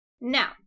Now